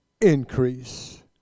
increase